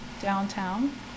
downtown